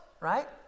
right